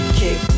kick